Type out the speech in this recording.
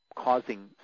causing